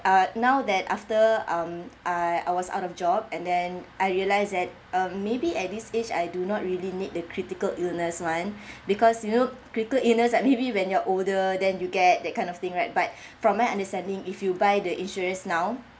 uh now that after um I I was out of job and then I realised that uh maybe at this age I do not really need the critical illness [one] because you know critical illness like maybe when you're older than you get that kind of thing right but from my understanding if you buy the insurance now